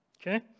Okay